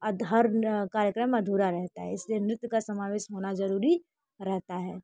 कार्यक्रम अधूरा रहता है इसलिए नृत्य का समावेश होना जरूरी रहता है